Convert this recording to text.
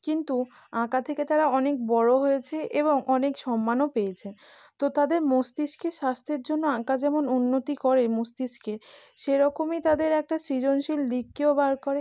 কিন্তু আঁকা থেকে তারা অনেক বড়ো হয়েছে এবং অনেক সম্মানও পেয়েছেন তো তাদের মস্তিষ্কে স্বাস্থ্যের জন্য আঁকা যেমন উন্নতি করে মস্তিষ্কের সেরকমই তাদের একটা সৃজনশীল দিককেও বার করে